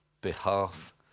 behalf